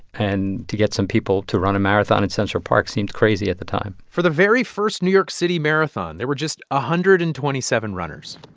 and to get some people to run a marathon in central park seemed crazy at the time for the very first new york city marathon, there were just one ah hundred and twenty seven runners.